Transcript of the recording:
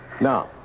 Now